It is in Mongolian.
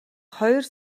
хоёр